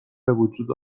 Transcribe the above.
بوجود